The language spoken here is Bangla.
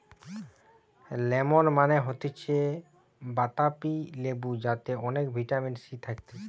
লেমন মানে হতিছে বাতাবি লেবু যাতে অনেক ভিটামিন সি থাকতিছে